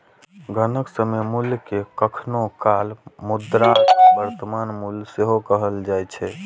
धनक समय मूल्य कें कखनो काल मुद्राक वर्तमान मूल्य सेहो कहल जाए छै